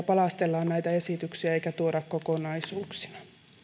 palastellaan näitä esityksiä eikä tuoda kokonaisuuksina